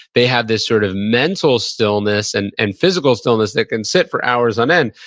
they had this sort of mental stillness and and physical stillness they can sit for hours on in,